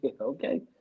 okay